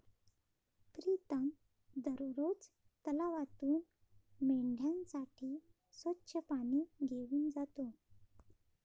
प्रीतम दररोज तलावातून मेंढ्यांसाठी स्वच्छ पाणी घेऊन जातो